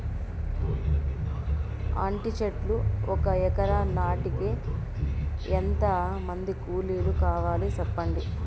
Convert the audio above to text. అంటి చెట్లు ఒక ఎకరా నాటేకి ఎంత మంది కూలీలు కావాలి? సెప్పండి?